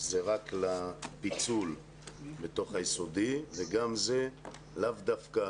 זה רק לפיצול בתוך היסודי וגם זה לאו דווקא